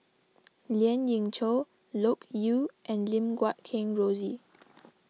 Lien Ying Chow Loke Yew and Lim Guat Kheng Rosie